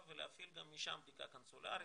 ולהפעיל גם משם בדיקה קונסולרית.